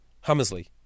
Hammersley